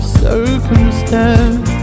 circumstance